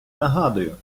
нагадую